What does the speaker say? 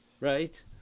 Right